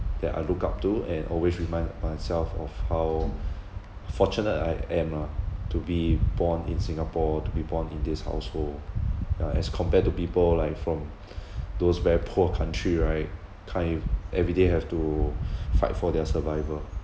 that I look up to and always remind myself of how fortunate I am lah to be born in singapore to be born in this household yeah as compared to people like from those very poor country right can't ev~ everyday have to fight for their survival